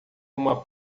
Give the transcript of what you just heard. uma